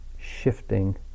shifting